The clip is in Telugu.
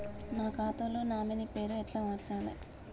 నా ఖాతా లో నామినీ పేరు ఎట్ల మార్చాలే?